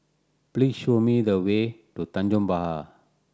please show me the way to Tanjong Pagar